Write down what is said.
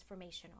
transformational